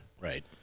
Right